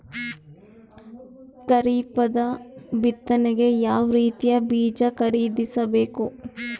ಖರೀಪದ ಬಿತ್ತನೆಗೆ ಯಾವ್ ರೀತಿಯ ಬೀಜ ಖರೀದಿಸ ಬೇಕು?